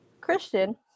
Christian